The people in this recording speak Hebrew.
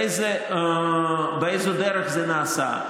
באיזו דרך זה נעשה?